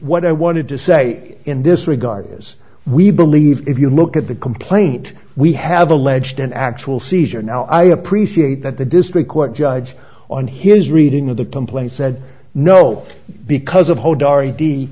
what i wanted to say in this regard because we believe if you look at the complaint we have alleged an actual seizure now i appreciate that the district court judge on his reading of the complaint said no because of hold o